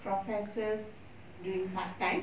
professors doing part time